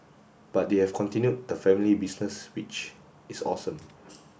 but they have continued the family business which is awesome